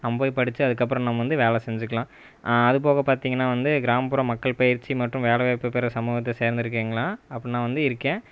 நம்ம போய் படித்து அதுக்கப்புறம் நம்ம வந்து வேலை செஞ்சிக்கலாம் அதுப்போக பார்த்திங்கனா வந்து கிராமப்புற மக்கள் பயிற்சி மற்றும் வேலை வாய்ப்பு பெற சமூகத்தை சேர்ந்துருக்கிங்களா அப்புடின்னா வந்து இருக்கேன்